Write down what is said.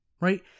right